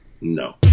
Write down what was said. no